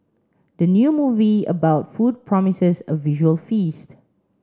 the new movie about food promises a visual feast